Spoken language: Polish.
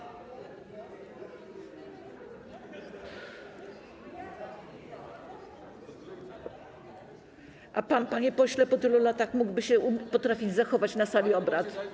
A pan, panie pośle, po tylu latach mógłby się potrafić zachować na sali obrad.